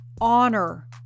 honor